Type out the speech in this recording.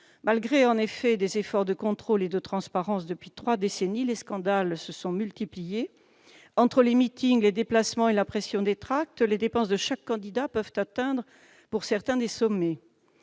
malgré des efforts de contrôle et de transparence depuis trois décennies, les scandales se sont multipliés. Entre les meetings, les déplacements et l'impression des tracts, les dépenses de certains candidats peuvent atteindre des sommets.